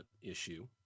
issue